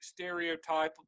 stereotypical